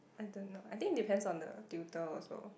I don't know I think depends on the tutor also